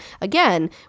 again